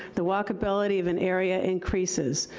the walk-ability of an area increases.